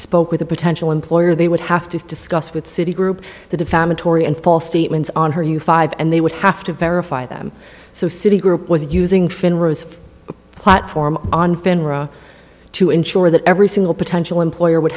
spoke with a potential employer they would have to discuss with citi group the defamatory and false statements on her you five and they would have to verify them so citi group was using platform on finra to ensure that every single potential employer would